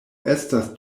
estas